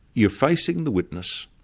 you're facing the witness,